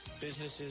businesses